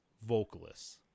vocalists